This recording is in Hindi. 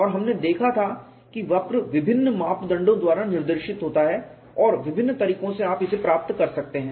और हमने देखा था कि वक्र विभिन्न मापदंडों द्वारा निर्देशित होता है और और विभिन्न तरीकों से आप इसे प्राप्त कर सकते हैं